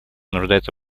нуждается